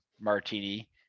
martini